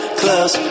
close